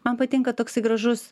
man patinka toksai gražus